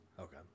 Okay